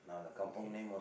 okay